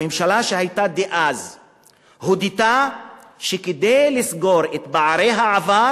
הממשלה שהיתה אז הודתה שכדי לסגור את פערי העבר